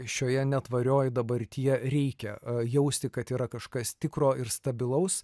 šioje netvarioj dabartyje reikia jausti kad yra kažkas tikro ir stabilaus